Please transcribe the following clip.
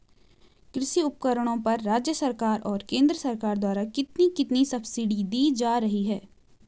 कृषि उपकरणों पर राज्य सरकार और केंद्र सरकार द्वारा कितनी कितनी सब्सिडी दी जा रही है?